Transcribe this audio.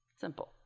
simple